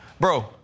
Bro